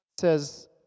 says